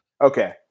Okay